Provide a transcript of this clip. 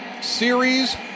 series